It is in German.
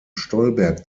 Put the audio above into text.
stolberg